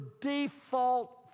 default